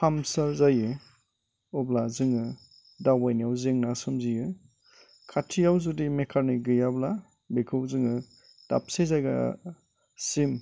पाम्सार जायो अब्ला जोङो दावबायनायाव जेंना सोमजियो खाथियाव जुदि मेकानिक गैयाब्ला बेखौ जोङो दाबसे जायगासिम